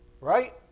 Right